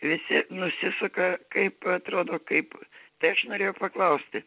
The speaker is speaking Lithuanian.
visi nusisuka kaip atrodo kaip tai aš norėjau paklausti